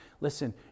listen